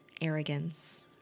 arrogance